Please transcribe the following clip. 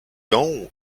jął